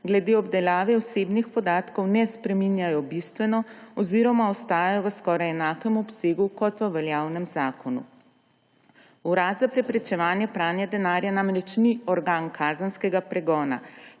glede obdelave osebnih podatkov ne spreminjajo bistveno oziroma ostajajo v skoraj enakem obsegu kot v veljavnem zakonu. Urad za preprečevanje pranja denarja namreč ni organ kazenskega pregona,